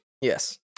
Yes